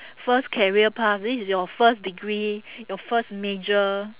first career path this is your first degree your first major